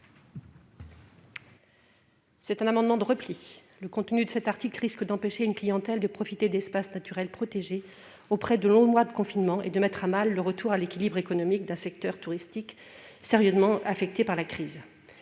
d'un amendement de repli. Le contenu de l'article 56 risque d'empêcher une clientèle de profiter d'espaces naturels protégés après de longs mois de confinement et de mettre à mal le retour à l'équilibre économique d'un secteur touristique sérieusement affecté par la crise